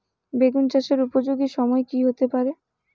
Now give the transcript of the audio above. বেগুন চাষের উপযোগী সময় কি হতে পারে?